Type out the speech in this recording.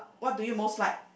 what do you most like